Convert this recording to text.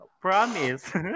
Promise